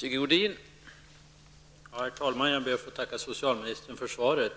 Herr talman! Jag ber att få tacka socialministern för svaret.